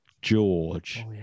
George